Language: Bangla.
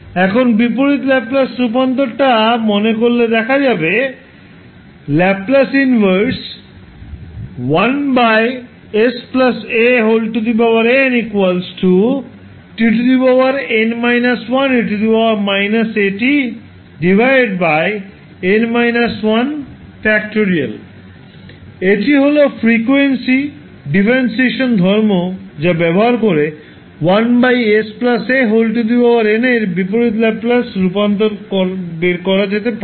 এখন বিপরীত ল্যাপলাস রূপান্তরটা মনে করলে দেখা যাবে এটি হল ফ্রিকোয়েন্সি ডিফারেনশিয়েশান ধর্ম যা ব্যবহার করে 1san এর বিপরীত ল্যাপ্লেস রূপান্তর বের করা যেতে পারে